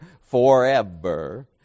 forever